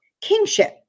kingship